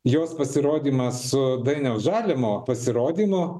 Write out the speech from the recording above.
jos pasirodymą su dainiaus žalimo pasirodymu